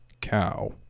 cow